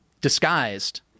disguised